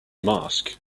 mask